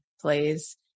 plays